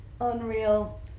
Unreal